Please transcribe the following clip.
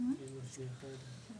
חולה